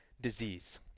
disease